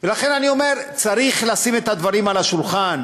לכן אני אומר, צריך לשים את הדברים על השולחן.